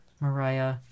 Mariah